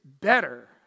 better